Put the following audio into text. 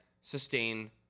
sustain